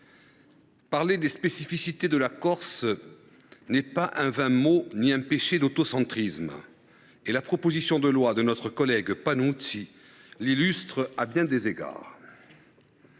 parler des spécificités de la Corse n’est ni un vain mot ni un péché d’autocentrisme – la proposition de loi de notre collègue Jean Jacques Panunzi l’illustre à bien des égards.